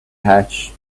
hatch